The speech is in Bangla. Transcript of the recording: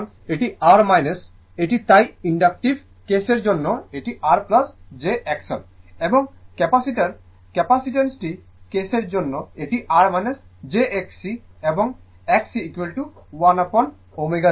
সুতরাং এটি R এটি তাই ইনডাকটিভ কেসের জন্য এটি R j XL এবং ক্যাপাসিটার ক্যাপাসিটি কেসের জন্য এটি R j Xc এবং Xc 1 আপঅন ω c